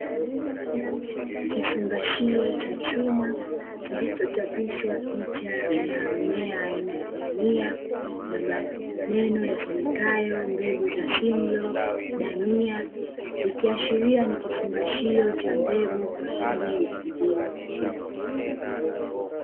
Kifungashio cha chuma kilichochapishwa picha ya mmea aina ya dania na maneno yasomekayo "mbegu za simlo dania" ikiashiria ni kifungashio cha mbegu kwa ajili ya kilimo.